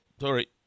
Sorry